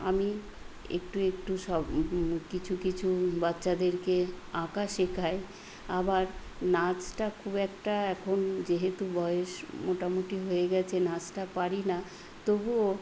আমি একটু একটু সব কিছু কিছু বাচ্চাদেরকে আঁকা শেখাই আবার নাচটা খুব একটা এখন যেহেতু বয়স মোটামুটি হয়ে গেছে নাচটা পারি না তবুও